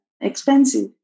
expensive